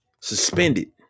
suspended